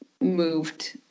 moved